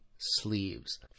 sleeves